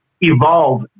evolve